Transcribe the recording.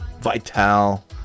Vital